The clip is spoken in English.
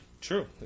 True